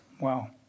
wow